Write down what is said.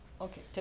okay